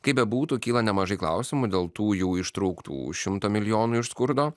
kaip bebūtų kyla nemažai klausimų dėl tų jų ištrauktų šimto milijonų iš skurdo